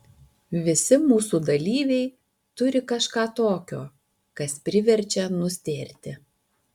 visi mūsų dalyviai turi kažką tokio kas priverčia nustėrti